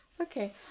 Okay